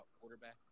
quarterback